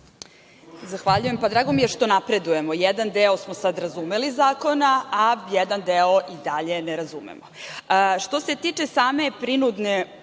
Zahvaljujem. Drago mi je što napredujemo, jedan deo zakona smo sad razumeli, a jedan deo i dalje ne razumemo. Što se tiče same prinudne